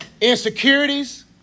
Insecurities